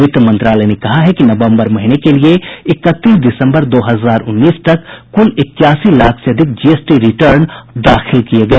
वित्त मंत्रालय ने कहा है कि नवंबर महीने के लिए इकतीस दिसंबर दो हजार उन्नीस तक कुल इक्यासी लाख से अधिक जीएसटी रिटर्न दाखिल किए गए